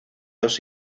dos